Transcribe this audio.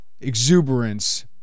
exuberance